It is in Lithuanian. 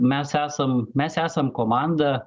mes esam mes esam komanda